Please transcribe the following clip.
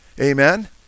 amen